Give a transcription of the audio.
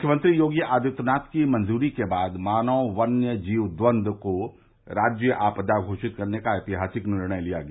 मुख्यमंत्री योगी आदित्यनाथ की मंजूरी के बाद मानव वन्य जीव द्वंद को राज्य आपदा घोषित करने का ऐतिहासिक निर्णय लिया गया